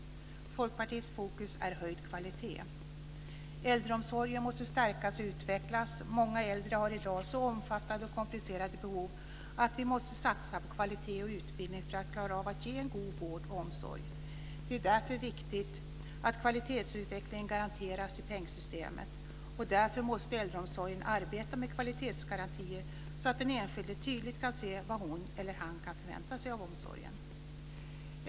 Folkpartiets fokus är höjd kvalitet. Äldreomsorgen måste stärkas och utvecklas. Många äldre har i dag så omfattande och komplicerade behov att vi måste satsa på kvalitet och utbildning för att klara av att ge en god vård och omsorg. Det är därför viktigt att kvalitetsutvecklingen garanteras i pengsystemet. Därför måste äldreomsorgen arbeta med kvalitetsgarantier så att den enskilde tydligt kan se vad hon eller han kan förvänta sig av omsorgen.